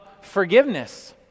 forgiveness